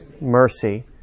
mercy